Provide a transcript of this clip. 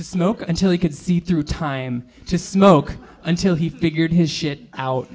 to smoke until he could see through time to smoke until he figured his shit out